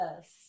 Yes